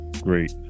Great